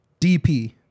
DP